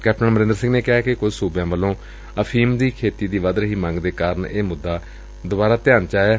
captain Amarinder Singh ਨੇ ਕਿਹਾ ਕਿ ਕੁੱਝ ਸੁਬਿਆਂ ਵੱਲੋ ਅਫੀਮ ਦੀ ਖੇਤੀ ਦੀ ਵੱਧ ਰਹੀ ਮੰਗ ਦੇ ਕਾਰਨ ਇਹ ਮੁੱਦਾ ਧਿਆਨ ਵਿੱਚ ਆ ਗਿਐ